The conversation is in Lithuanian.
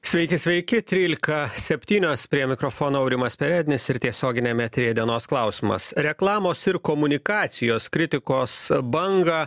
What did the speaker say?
sveiki sveiki trylika septynios prie mikrofono aurimas perednis ir tiesioginiame eteryje dienos klausimas reklamos ir komunikacijos kritikos bangą